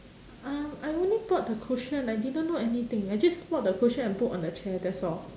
um I only brought the cushion I didn't know anything I just brought the cushion and put on the chair that's all